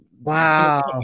wow